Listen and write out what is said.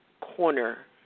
corner